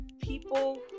people